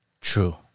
True